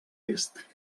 est